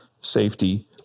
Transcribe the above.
safety